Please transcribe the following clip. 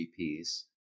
GPs